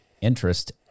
interest